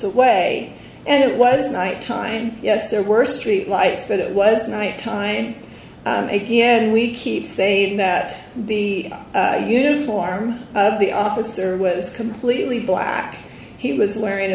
away and it was night time yes there were street lights that it was night time and again we keep saying that the uniform of the officer was completely black he was wearing a